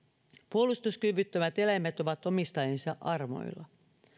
puolustuskyvyttömät eläimet ovat omistajiensa armoilla